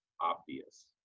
obvious